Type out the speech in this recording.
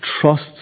trust